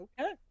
Okay